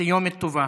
סיומת טובה.